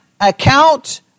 account